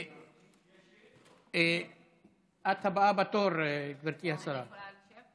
תודה רבה לכם.